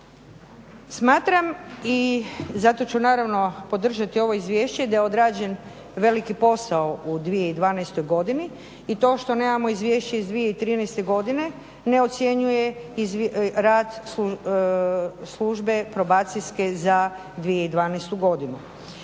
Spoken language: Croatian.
Smatram i zato ću naravno podržati ovo izvješće da je odrađen veliki posao u 2012. godini i to što nemamo izvješće iz 2013. godine ne ocjenjuje rad Probacijske službe za 2012. godinu.